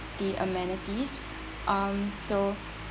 the amenities um so